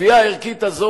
הקביעה הערכית הזאת,